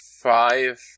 five